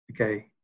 Okay